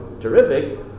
terrific